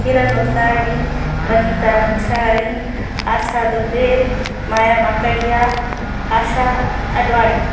Kiran Otani Panita Manchhani Asha Dubey Maya Makadiya Asha Advani